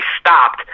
stopped